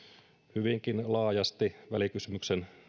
hyvinkin laajasti välikysymyksen